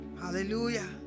Hallelujah